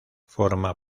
forma